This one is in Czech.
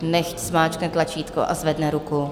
Nechť zmáčkne tlačítko a zvedne ruku.